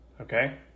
okay